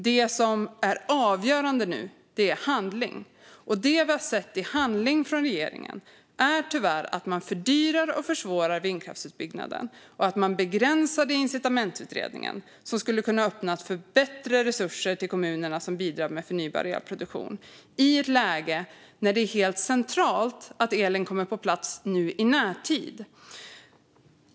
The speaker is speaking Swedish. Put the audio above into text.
Det som är avgörande nu är handling, och det vi har sett i handling från regeringen är tyvärr att man fördyrar och försvårar vindkraftsutbyggnaden och att man begränsar incitamentsutredningen, som skulle kunna öppna för bättre resurser till de kommuner som bidrar med förnybar elproduktion i ett läge när det är helt centralt att elen kommer på plats i närtid.